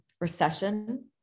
recession